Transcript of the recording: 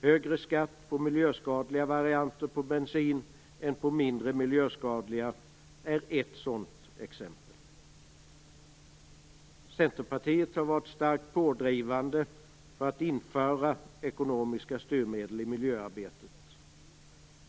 Högre skatt på miljöskadliga varianter av bensin än på mindre miljöskadliga är ett sådant exempel. Centerpartiet har varit starkt pådrivande när det gäller att införa ekonomiska styrmedel i miljöarbetet.